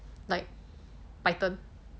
like python